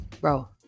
Bro